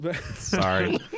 Sorry